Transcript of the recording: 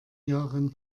jahren